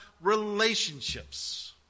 relationships